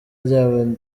ryabo